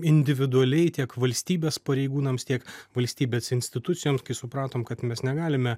individualiai tiek valstybės pareigūnams tiek valstybės institucijoms kai supratom kad mes negalime